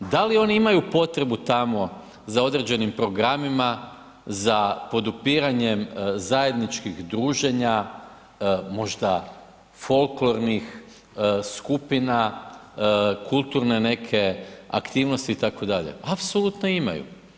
Da li oni imaju potrebu tamo za određenim programima, za podupiranjem zajedničkih druženja, možda folklornih skupina, kulturne neke aktivnosti itd., apsolutno imaju.